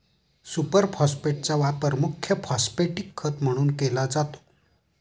super फॉस्फेटचा वापर मुख्य फॉस्फॅटिक खत म्हणून केला जातो